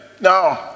no